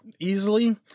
Easily